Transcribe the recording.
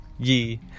ye